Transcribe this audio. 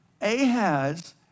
Ahaz